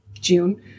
June